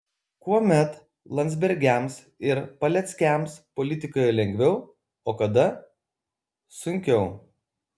kuomet landsbergiams ir paleckiams politikoje lengviau o kada sunkiau